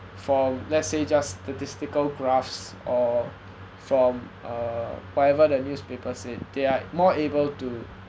for let's say just statistical graphs or from uh whatever the newspapers said they are more able to